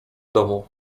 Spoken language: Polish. domu